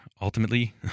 Ultimately